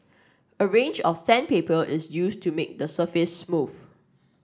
a range of sandpaper is used to make the surface smooth